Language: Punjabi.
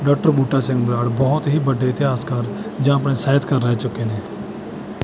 ਡਾਕਟਰ ਬੂਟਾ ਸਿੰਘ ਬਰਾੜ ਬਹੁਤ ਹੀ ਵੱਡੇ ਇਤਿਹਾਸਕਾਰ ਜਾਂ ਆਪਣੇ ਸਾਹਿਤਕਾਰ ਰਹਿ ਚੁੱਕੇ ਨੇ